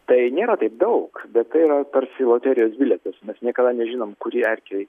tai nėra taip daug bet tai yra tarsi loterijos bilietas mes niekada nežinom kuri erkė